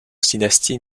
dynastie